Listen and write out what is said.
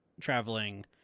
traveling